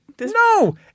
No